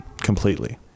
completely